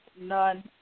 none